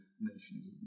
Nations